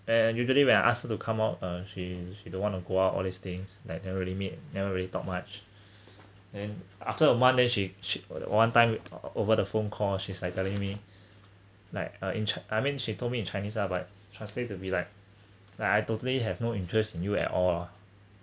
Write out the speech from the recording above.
and usually when I ask her to come out uh she she don't want to go out all these things that never really meet never really talk much then after a month then she she uh the one time o~ over the phone call she's like telling me like uh in ch~ I mean she told me in chinese ah but translate to be like like I totally have no interest in you at all